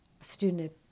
student